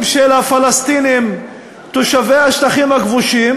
של הפלסטינים תושבי השטחים הכבושים,